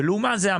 לעומת זאת,